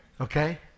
okay